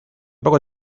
poco